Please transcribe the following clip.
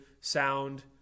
sound